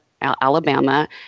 Alabama